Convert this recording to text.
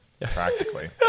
practically